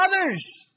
others